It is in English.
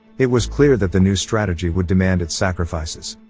it was clear that the new strategy would demand its sacrifices.